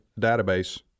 database